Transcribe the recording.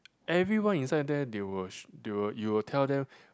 everyone inside there they will sh~ they will you will tell them